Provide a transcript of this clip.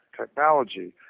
technology